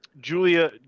Julia